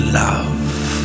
love